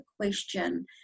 question